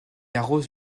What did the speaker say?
arrose